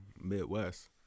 Midwest